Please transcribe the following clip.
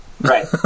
Right